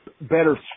better